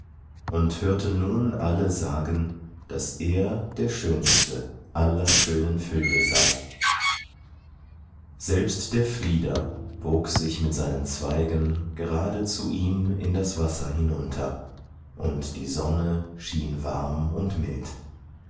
und hörte nun alle sagen daß er der schönste aller schönen vögel sei selbst der flieder bog sich mit den zweigen gerade zu ihm in das wasser hinunter und die sonne schien warm und mild